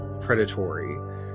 predatory